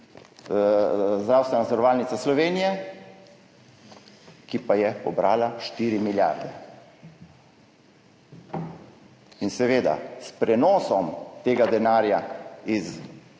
Zdravstvena zavarovalnica Slovenije, ki pa je pobrala 4 milijarde. In seveda, s prenosom tega denarja z